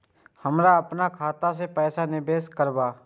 हम अपन खाता से पैसा निवेश केना करब?